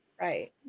Right